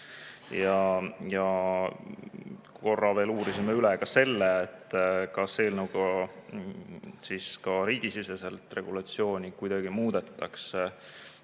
Korra veel uurisime üle ka selle, kas eelnõuga riigisiseselt regulatsiooni kuidagi muudetakse